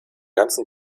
ganzen